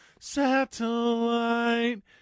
satellite